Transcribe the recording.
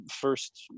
first